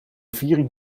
viering